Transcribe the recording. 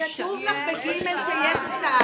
ב-(ג) כתוב לך שיש הסעה.